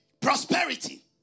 prosperity